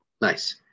Nice